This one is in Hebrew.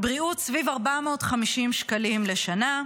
סביב 450 שקלים בשנה,